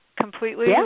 completely